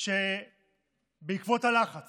שבעקבות הלחץ